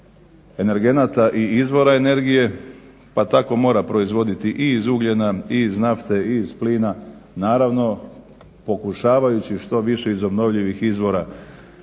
i izvora energije, pa tako mora proizvoditi i iz ugljena i iz nafte i iz plina naravno pokušavajući što više iz obnovljivih izvora